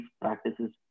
practices